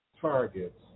targets